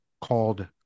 called